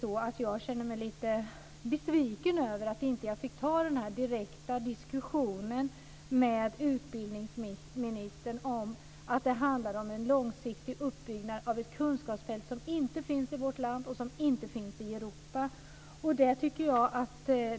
Jag känner mig naturligtvis lite besviken över att jag inte fick ta den direkta diskussionen med utbildningsministern om att det handlar om en långsiktig uppbyggnad av ett kunskapsfält som inte finns i vårt land och inte i övriga Europa.